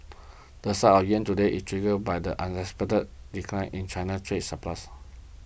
the slide of the yuan today is triggered by the unexpected decline in China's trade surplus